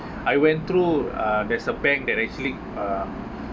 I went through uh there's a bank that actually uh